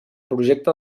projecte